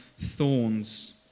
thorns